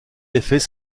effet